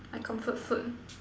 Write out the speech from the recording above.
I comfort food